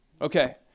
Okay